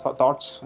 thoughts